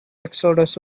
exodus